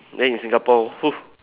then in Singapore